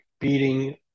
beating